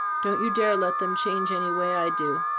don't you dare let them change any way i do.